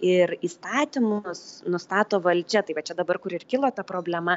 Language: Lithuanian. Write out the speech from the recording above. ir įstatymus nustato valdžia tai va čia dabar kur ir kilo ta problema